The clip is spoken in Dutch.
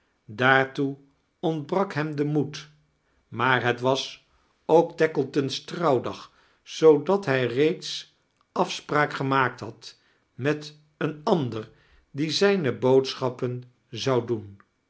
daartoe ontbrak hem de moed maa r het was ook tackleton's trouwdag i zoodat hij reeds af spraak gemaakt had met een ander die zijne boodschap pen zou doen